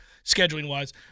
Scheduling-wise